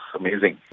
amazing